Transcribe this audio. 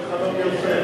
חלום יוסף,